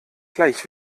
gleich